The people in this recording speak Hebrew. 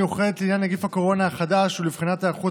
בוועדה המיוחדת לעניין נגיף הקורונה החדש ולבחינת היערכות